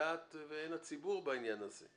מהדעת ועין הציבור בעניין הזה.